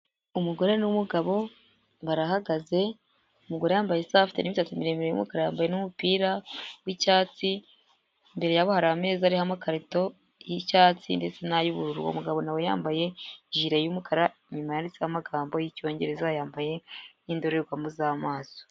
Umugore n'umugabo barahagaze umugore yambaye Isaha afite n'umisatsi miremire y'umukara yambaye n'umupira w'icyatsi, imbere yabo hari ameza hariho amakarito y'icyatsi ndetse n'ay'ubururu, uwo umugabo nawe yambaye jile y'umukara inyuma yanditseho amagambo y'icyongereza yambaye n'indorerwamo z'amaso.